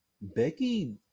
Becky